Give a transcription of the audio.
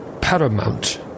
paramount